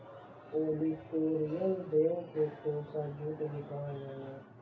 olitorius देव के टोसा जूट भी कहल जाला